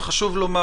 חשוב לומר,